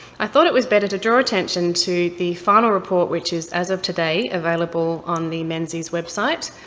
i thought it was better to draw attention to the final report, which is, as of today, available on the menzies website.